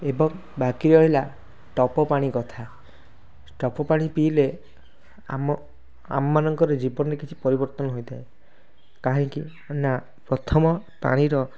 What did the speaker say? ଏବଂ ବାକି ରହିଲା ଟପ ପାଣି କଥା ଟପ ପାଣି ପିଇଲେ ଆମ ଆମ ମାନଙ୍କର ଜୀବନରେ କିଛି ପରିବର୍ତ୍ତନ ହୋଇଥାଏ କାହିଁକି ନା ପ୍ରଥମ ପାଣିର